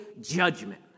judgment